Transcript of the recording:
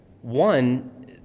One